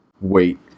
wait